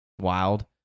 wild